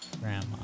Grandma